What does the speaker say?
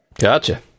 Gotcha